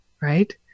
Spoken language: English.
Right